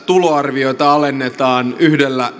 tuloarviota alennetaan yhdellä